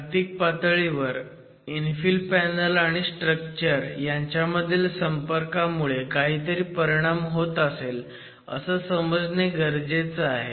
जागतिक पातळीवर infill panel आणि स्ट्रक्चर ह्यांच्यामधील संपर्कामुळे काहीतरी परिणाम होत असेल असं समजणे गरजेचे आहे